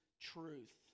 truth